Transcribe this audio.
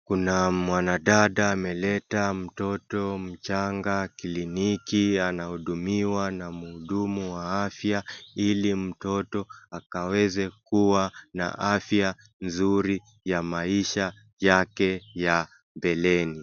Kuna mwanadada ameleta mtoto mchanga kliniki anahudumiwa na mhudumu wa afya ili mtoto akaweze kuwa an afya nzuri ya maisha yake ya mbeleni.